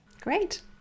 Great